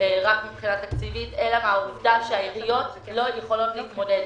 מבחינה תקציבית אלא בעובדה שהעיריות לא יכולות להתמודד.